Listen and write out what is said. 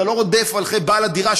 אתה לא רודף אחרי בעל הדירה,